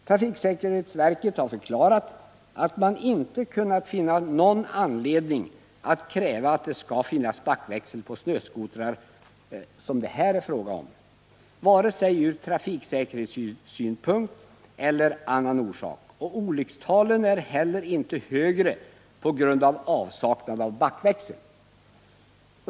Trafiksäkerhetsverket har förklarat att man inte kunnat finna någon anledning att kräva att det skall finnas backväxel på snöskotrar som det här är frågan om, vare sig ur trafiksäkerhetssynpunkt eller av annan orsak. Olyckstalen är heller inte högre på grund av avsaknad av backväxel.